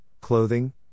clothing